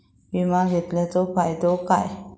विमा घेतल्याचो फाईदो काय?